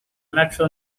metro